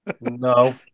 No